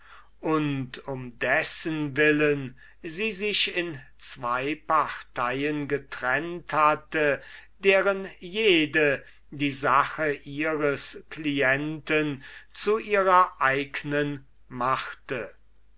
und um dessen willen sie sich in zwo parteien getrennt hatte deren jede die sache ihres clienten zu ihrer eignen machte